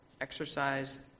Exercise